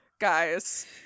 Guys